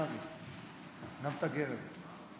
גם את הגרב.